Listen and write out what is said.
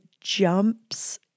jumps